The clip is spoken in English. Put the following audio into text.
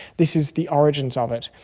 this is the origins of it.